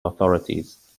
authorities